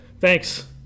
thanks